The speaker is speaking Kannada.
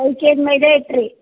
ಐದು ಕೆ ಜ್ ಮೈದಾ ಹಿಟ್ಟು ರಿ